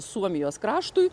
suomijos kraštui